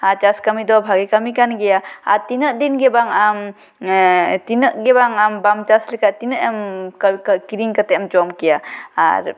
ᱟᱨ ᱪᱟᱥ ᱠᱟᱹᱢᱤ ᱫᱚ ᱵᱷᱟᱜᱮ ᱠᱟᱹᱢᱤ ᱠᱟᱱ ᱜᱮᱭᱟ ᱟᱨ ᱛᱤᱱᱟᱹᱜ ᱫᱤᱱ ᱜᱮ ᱵᱟᱝ ᱟᱢ ᱛᱤᱱᱟᱹᱜ ᱜᱮ ᱵᱟᱝ ᱟᱢ ᱵᱟᱢ ᱪᱟᱥ ᱞᱮᱠᱷᱟᱱ ᱛᱤᱱᱟᱹᱜ ᱮᱢ ᱠᱤᱨᱤᱧ ᱠᱟᱛᱮ ᱮᱢ ᱡᱚᱢ ᱠᱮᱭᱟ ᱟᱨ